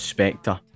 Spectre